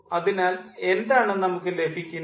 അതിനാൽ എന്താണ് നമുക്ക് ലഭിക്കുന്നത്